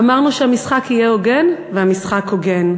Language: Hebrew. אמרנו שהמשחק יהיה הוגן, והמשחק הוגן.